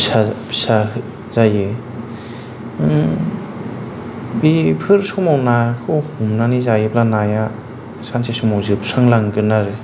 फिसा फिसा जायो बेफोर समाव नाखौ हमनानै जायोब्ला नाया सानसे समाव जोबस्रांलांगोन आरो